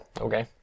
okay